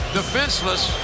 defenseless